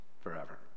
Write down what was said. forever